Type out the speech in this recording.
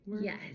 Yes